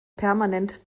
permanent